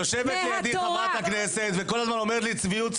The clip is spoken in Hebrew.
יושבת לידי חברת הכנסת וכל הזמן אומרת לי צביעות,